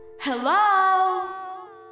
Hello